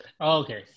okay